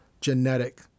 genetic